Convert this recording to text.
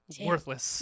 Worthless